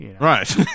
Right